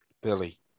Billy